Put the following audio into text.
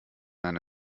eine